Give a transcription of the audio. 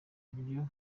uburyo